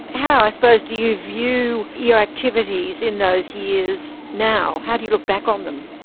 how ah but do you view your activities in those years now? how do you look back on them?